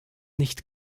nicht